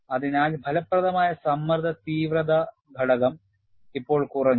അതിനാൽ ഫലപ്രദമായ സമ്മർദ്ദ തീവ്രത ഘടകം ഇപ്പോൾ കുറഞ്ഞു